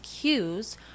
cues